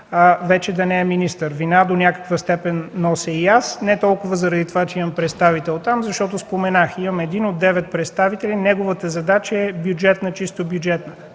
вече да не е министър. Вина до някаква степен нося и аз – не толкова заради това, че имам представител там, защото споменах, че имам един от девет представители, а неговата задача е чисто бюджетна